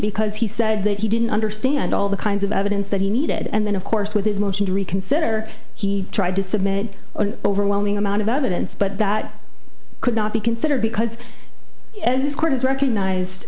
because he said that he didn't understand all the kinds of evidence that he needed and then of course with his motion to reconsider he tried to submit an overwhelming amount of evidence but that could not be considered because this court has recognized